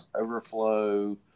overflow